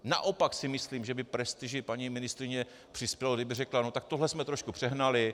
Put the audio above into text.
Naopak si myslím, že by k prestiži paní ministryně přispělo, kdyby řekla: Tak tohle jsme trošku přehnali.